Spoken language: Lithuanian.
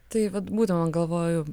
tai vat būdavo galvoju